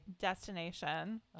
destination